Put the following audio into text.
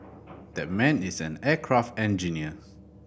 that man is an aircraft engineer